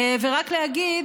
רק להגיד